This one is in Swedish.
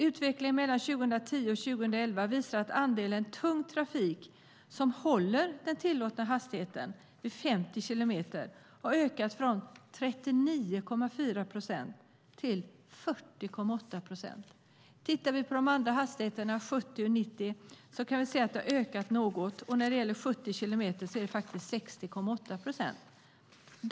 Utvecklingen mellan 2010 och 2011 visar att andelen tung trafik som håller den tillåtna hastigheten vid 50 kilometer i timmen har ökat från 39,4 procent till 40,8 procent. När det gäller hastigheterna 70 och 90 kilometer i timmen kan vi se att det har ökat något. Vid 70 kilometer i timmen är det faktiskt 60,8 procent.